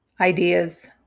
ideas